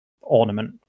ornament